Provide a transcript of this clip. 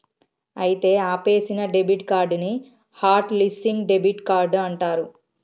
అయితే ఆపేసిన debit card ని హట్ లిస్సింగ్ డెబిట్ కార్డ్ అంటారు